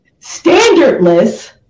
standardless